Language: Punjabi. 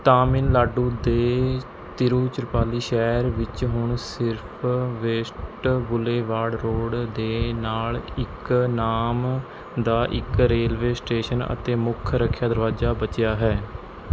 ਤਾਮਿਲਨਾਡੂ ਦੇ ਤਿਰੂਚਿਰਪਾਲੀ ਸ਼ਹਿਰ ਵਿੱਚ ਹੁਣ ਸਿਰਫ ਵੇਸਟ ਬੁਲੇਵਾਰਡ ਰੋਡ ਦੇ ਨਾਲ ਇੱਕ ਨਾਮ ਦਾ ਇੱਕ ਰੇਲਵੇ ਸਟੇਸ਼ਨ ਅਤੇ ਮੁੱਖ ਰੱਖਿਆ ਦਰਵਾਜ਼ਾ ਬਚਿਆ ਹੈ